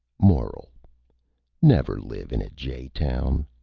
moral never live in a jay town.